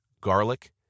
garlic